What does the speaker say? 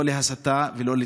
לא להסתה ולא לתקיפה.